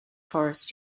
forest